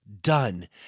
Done